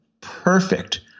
perfect